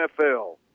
NFL